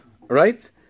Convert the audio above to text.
right